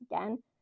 again